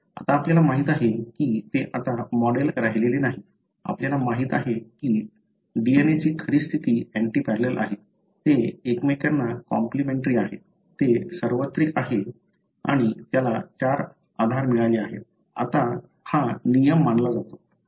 आता आपल्याला माहित आहे की ते आता मॉडेल राहिलेले नाही आपल्याला माहित आहे की DNA ची खरी स्थिती अँटीपॅरलल आहे हे एकमेकांना कॉम्पलीमेंटरी आहे ते सार्वत्रिक आहे आणि त्याला चार आधार मिळाले आहेत हा आता नियम मानला जातो